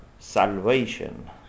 salvation